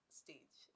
stage